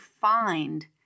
find